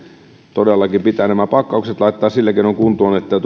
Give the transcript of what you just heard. todellakin pitää nämä pakkaukset laittaa sillä keinoin kuntoon että